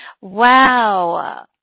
wow